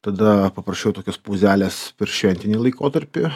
tada paprašiau tokios pauzelės per šventinį laikotarpį